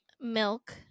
milk